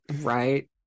right